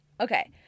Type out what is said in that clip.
okay